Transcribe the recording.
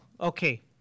Okay